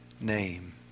name